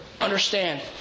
Understand